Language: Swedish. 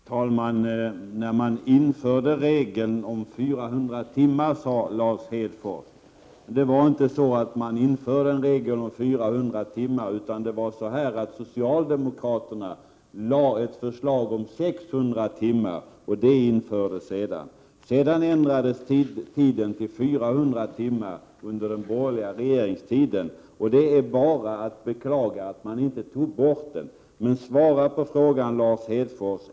Herr talman! När man införde regeln om 400 timmar, sade Lars Hedfors. Det var inte så att man införde en regel om 400 timmar, utan det var så att socialdemokraterna lade fram ett förslag om 600 timmar, som sedan infördes. Under den borgerliga regeringstiden ändrades tiden till 400 timmar. Det är bara att beklaga att man inte tog bort den här regeln. Svara på frågan, Lars Hedfors!